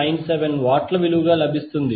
97 వాట్ల విలువ లభిస్తుంది